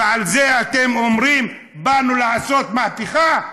ועל זה אתם אומרים: באנו לעשות מהפכה?